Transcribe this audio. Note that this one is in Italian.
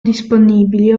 disponibili